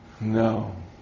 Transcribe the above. No